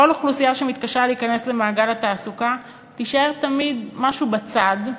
כל אוכלוסייה שמתקשה להיכנס למעגל התעסוקה תישאר תמיד בצד,